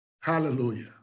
Hallelujah